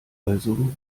also